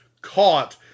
caught